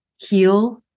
heal